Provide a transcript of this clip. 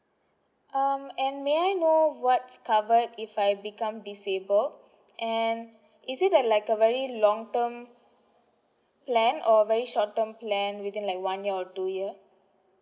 um and may I know what's covered if I become disabled and is it a like a very long term plan or very short term plan within like one year or two year